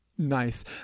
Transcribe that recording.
Nice